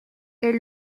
est